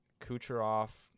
Kucherov